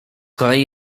kolei